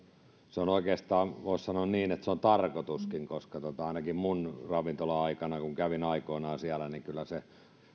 ja oikeastaan voisi sanoa että se on tarkoituskin ainakin minun ravintola aikanani kun kävin aikoinaan siellä kyllä se